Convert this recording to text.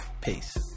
Peace